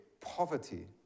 poverty